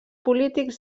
polítics